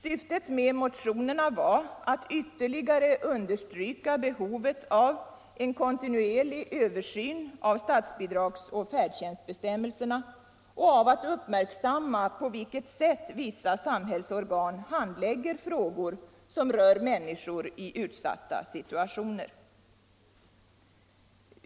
Syftet med motionerna var att ytterligare understryka behovet av en kontinuerlig översyn av statsbidrags och färdtjänstbestämmelserna och av att uppmärksamma på vilket sätt vissa samhällsorgan handlägger frågor som rör människor i utsatta situationer.